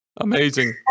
Amazing